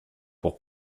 pour